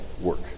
work